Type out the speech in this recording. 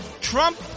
Trump